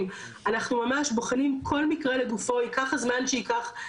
ייקח הזמן שייקח לבחון את הנסיבות ואת המסמכים,